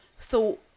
thought